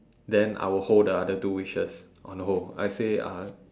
then I will hold the other two wishes on hold I say uh